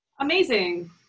amazing